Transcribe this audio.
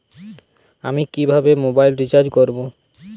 আমি কিভাবে mobile recharge করব?